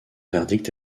verdict